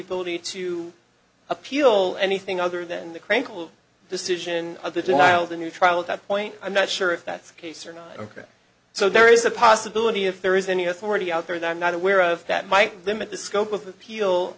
ability to appeal anything other than the crinkle decision of the denial of the new trial at that point i'm not sure if that's the case or not ok so there is a possibility if there is any authority out there and i'm not aware of that might limit the scope of appeal